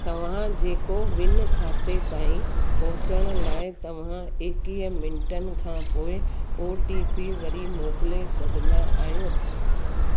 तव्हांजे कोविन खाते ताईं पहोचण लाइ तव्हां एकवीह मिंटनि खां पोइ ओ टी पी वरी मोकिले सघंदा आहियो